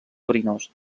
verinós